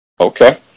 Okay